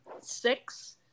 six